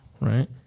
Right